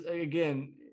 again